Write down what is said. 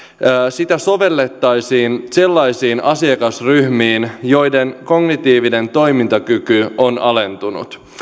sitä sovellettaisiin sellaisiin asiakasryhmiin joiden kognitiivinen toimintakyky on alentunut